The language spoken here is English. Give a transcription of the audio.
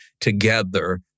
together